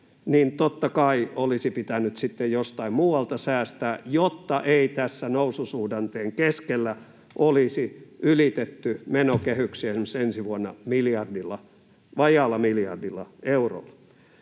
niin totta kai olisi pitänyt sitten jostain muualta säästää, jotta ei tässä noususuhdanteen keskellä olisi ylitetty menokehyksiä esimerkiksi ensi vuonna vajaalla miljardilla eurolla.